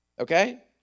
Okay